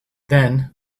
then